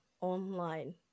online